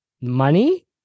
money